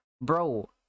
bro